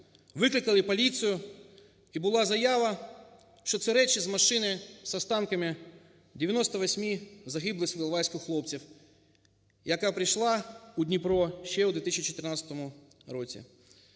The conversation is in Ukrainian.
викликали поліцію і була заява, що це речі з машини з останками 98-ми загиблих з Іловайська хлопців, яка прийшла у Дніпро ще у 2014 році.